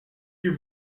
hear